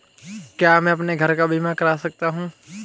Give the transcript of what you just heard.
क्या मैं अपने घर का बीमा करा सकता हूँ?